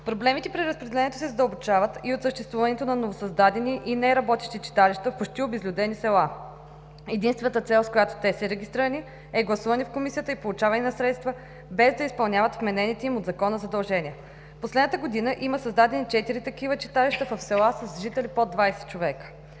Проблемите при разпределението се задълбочават и от съществуването на новосъздадени и неработещи читалища в почти обезлюдени села. Единствената цел, с която те са регистрирани, е гласуване в Комисията и получаване на средства без да изпълняват вменените им от Закона задължения. В последната година има създадени четири такива читалища в села с жители под 20 човека.